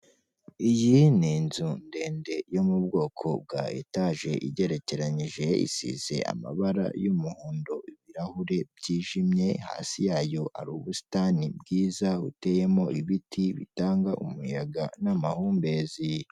Iyi ni inzu ndende yo mu bwoko bwa etaje igerekeranyije, isize amabara y'umuhondo, ibirahure byijimye, hasi yayo hari ubusitani bwiza buteyemo ibiti bitanga umuyaga n'amahumbezi.